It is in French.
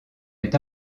est